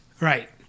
Right